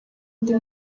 indi